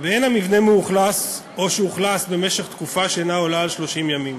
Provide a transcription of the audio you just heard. ואין המבנה מאוכלס או שאוכלס במשך תקופה שאינה עולה על 30 ימים.